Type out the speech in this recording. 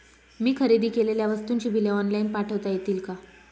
मी खरेदी केलेल्या वस्तूंची बिले ऑनलाइन पाठवता येतील का?